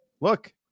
look